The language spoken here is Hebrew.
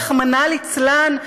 רחמנא ליצלן,